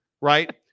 right